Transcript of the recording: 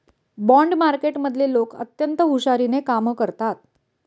bond मार्केटमधले लोक अत्यंत हुशारीने कामं करतात